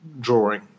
drawing